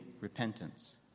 repentance